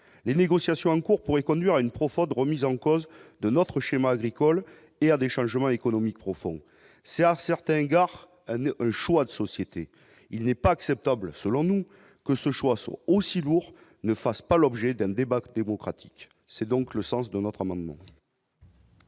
les négociations de cours pourrait conduire à une profonde remise en cause de notre schéma, l'école et à des changements économiques profonds, c'est certaines gares ne choix de société, il n'est pas acceptable, selon nous, que ce choix soit aussi lourd ne fassent pas l'objet d'un débat que démocratique, c'est donc le sens de notre amendement.